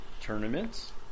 tournaments